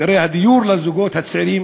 אתגרי הדיור לזוגות הצעירים